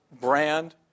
brand